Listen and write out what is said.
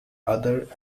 other